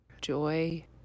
joy